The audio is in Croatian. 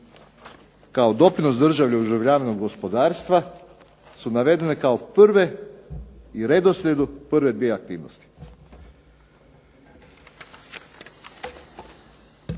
kao doprinos države oživljavanju gospodarstva su navedene prve i redoslijedu prve dvije aktivnosti.